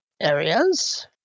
areas